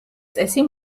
წესი